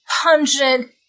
pungent